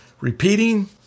Repeating